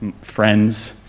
friends